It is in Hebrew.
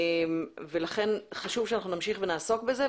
ולכן חשוב שאנחנו נמשיך ונעסוק בזה,